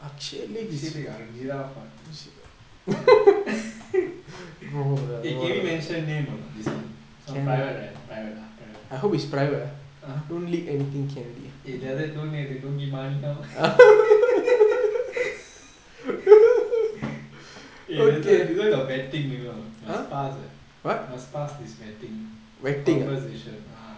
C_P_R_N_G giraffe [what] eh can we mention name or not this [one] it's on private right private ah private ah eh like that no leak they don't give money how eh this [one] this [one] got vetting you know must pass must pass this vetting this conversation ah